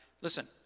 Listen